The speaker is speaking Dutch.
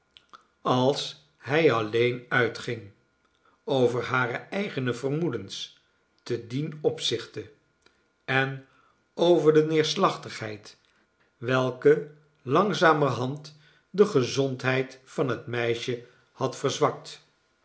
als hij alleen uitging over hare eigene vermoedens te dien opzichte en over de neerslachtigheid welke langzamerhand de gezondheid van het meisje had verzwakt